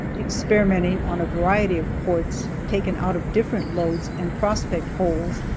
experimenting on a variety of quartz taken out of different lodes and prospect holes,